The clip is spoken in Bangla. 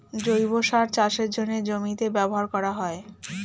জৈব সার চাষের জন্যে জমিতে ব্যবহার করা হয়